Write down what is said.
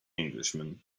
englishman